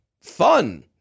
fun